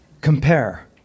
compare